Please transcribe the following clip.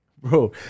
Bro